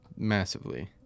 Massively